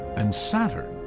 and saturn,